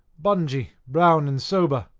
bungy, brown, and sober.